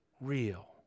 real